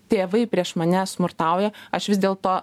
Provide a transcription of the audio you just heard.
tėvai prieš mane smurtauja aš vis dėl to